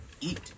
eat